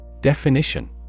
Definition